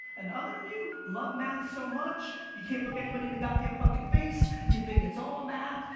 and other of you love math so much, you can't look anybody in the god damn fucking face. you think it's all math,